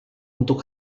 untuk